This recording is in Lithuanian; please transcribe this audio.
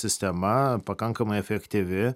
sistema pakankamai efektyvi